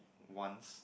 once